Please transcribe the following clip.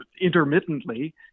intermittently